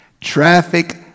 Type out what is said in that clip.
traffic